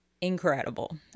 incredible